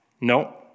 No